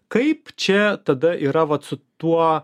kaip čia tada yra vat su tuo